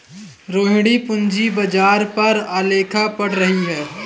रोहिणी पूंजी बाजार पर आलेख पढ़ रही है